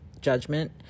judgment